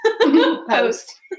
post